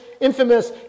infamous